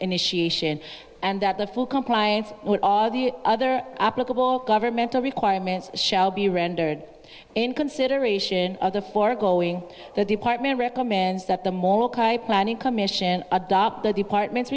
initiation and that the full compliance with all the other applicable governmental requirements shall be rendered in consideration of the foregoing the department recommends that the moral cuyp planning commission adopt the department